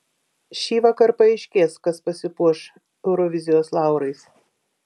šįvakar paaiškės kas pasipuoš eurovizijos laurais